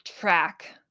track